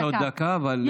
קיבלת עוד דקה, אבל להתכנס.